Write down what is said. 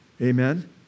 Amen